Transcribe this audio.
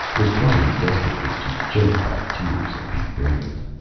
was trying desperately to choke back tears, and be brave.